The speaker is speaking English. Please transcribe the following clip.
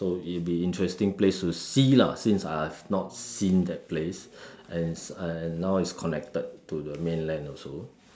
so it'd be an interesting place to see lah since I've not seen that place and as now it's connected to the mainland also